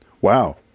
Wow